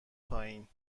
پایین